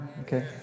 Okay